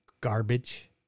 garbage